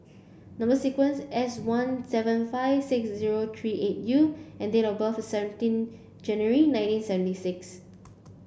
number sequence S one seven five six zero three eight U and date of birth is seventeen January nineteen seventy six